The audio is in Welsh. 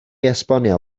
esbonio